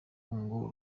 ngo